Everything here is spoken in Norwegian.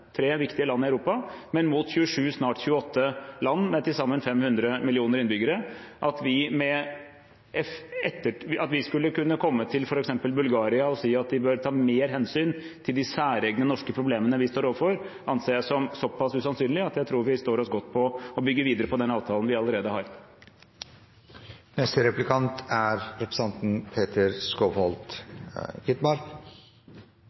tre viktige land i Europa – mot 27, snart 28 land, med til sammen 500 millioner innbyggere. At vi skulle kunne komme til f.eks. Bulgaria og si at de bør ta mer hensyn til de særegne norske problemene vi står overfor, anser jeg som såpass usannsynlig at jeg tror vi står oss godt på å bygge videre på den avtalen vi allerede